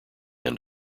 end